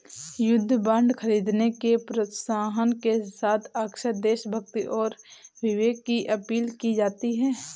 युद्ध बांड खरीदने के प्रोत्साहन के साथ अक्सर देशभक्ति और विवेक की अपील की जाती है